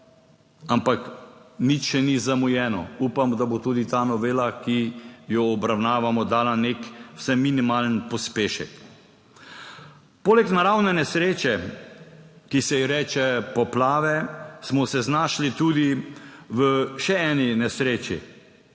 Ampak nič še ni zamujeno. Upam, da bo tudi ta novela, ki jo obravnavamo, dala nek vsaj minimalen pospešek. Poleg naravne nesreče, ki se ji reče poplave, smo se znašli tudi v še eni nesreči.